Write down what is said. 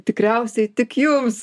tikriausiai tik jums